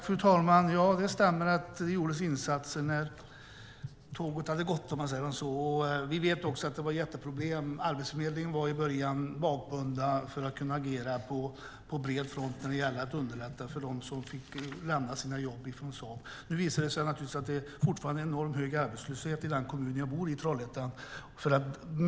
Fru talman! Ja, det stämmer att det gjordes insatser när tåget hade gått, om man säger så. Vi vet att det var jätteproblem. Arbetsförmedlingen var i början bakbunden och kunde inte agera på bred front när det gällde att underlätta för dem som fick lämna sina jobb på Saab. Det är fortfarande mycket hög arbetslöshet i den kommun jag bor i, Trollhättan.